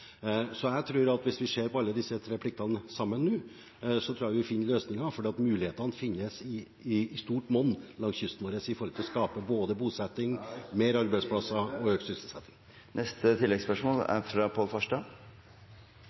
Jeg tror at hvis vi ser på alle disse tre pliktene sammen nå, skal vi finne løsninger, for mulighetene finnes i stort monn langs kysten vår til å skape både bosetting, flere arbeidsplasser og økt sysselsetting.